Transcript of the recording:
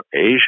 Asia